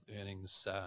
earnings